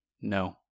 No